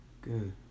Good